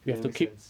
then make sense